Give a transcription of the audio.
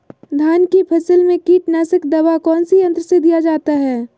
धान की फसल में कीटनाशक दवा कौन सी यंत्र से दिया जाता है?